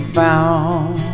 found